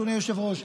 אדוני היושב-ראש,